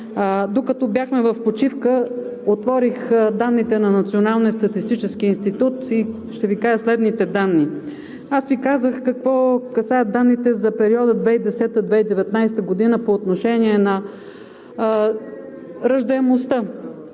докато бяхме в почивка, отворих данните на Националния статистически институт и ще Ви кажа следните данни. Казах Ви какви са данните за периода 2010 – 2019 г. по отношение на раждаемостта.